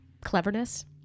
cleverness